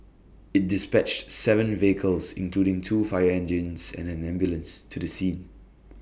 IT dispatched Seven vehicles including two fire engines and an ambulance to the scene